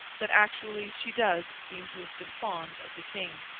that actually she does seem to have been fond of the king.